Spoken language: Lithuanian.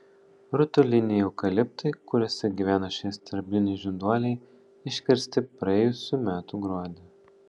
rutuliniai eukaliptai kuriuose gyvena šie sterbliniai žinduoliai iškirsti praėjusių metų gruodį